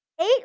Eight